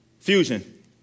Fusion